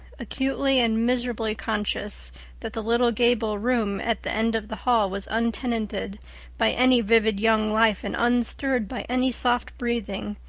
acutely and miserably conscious that the little gable room at the end of the hall was untenanted by any vivid young life and unstirred by any soft breathing,